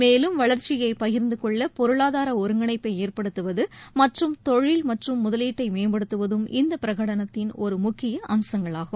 மேலும் வளர்ச்சியை பகிர்ந்து கொள்ள பொருளாதார ஒருங்கிணைப்பை ஏற்படுத்துவது மற்றும் தொழில் மற்றும் முதலீட்டை மேம்படுத்துவதும் இந்த பிரகனடத்தின் ஒரு முக்கிய அம்சங்களாகும்